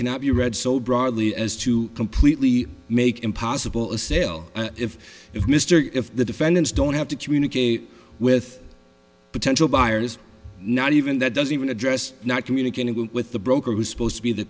cannot be read so broadly as to completely make impossible a sale if if mr if the defendants don't have to communicate with potential buyers not even that doesn't even address not communicating with the broker who's supposed to be the